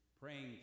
praying